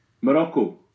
Morocco